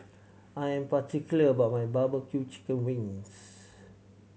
I'm particular about my barbecue chicken wings